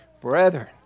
Brethren